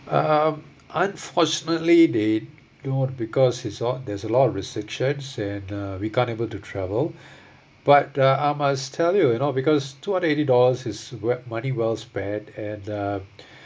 um unfortunately they don't because it all there's a lot of restrictions and uh we can't able to travel but uh I must tell you you know because two hundred eighty dollars is web money well spend and uh